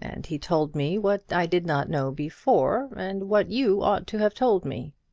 and he told me what i did not know before, and what you ought to have told me.